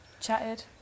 chatted